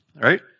right